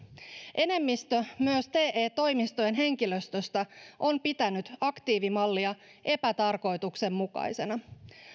enemmistö myös te toimistojen henkilöstöstä on pitänyt aktiivimallia epätarkoituksenmukaisena